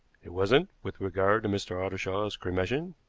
it wasn't with regard to mr. ottershaw's cremation.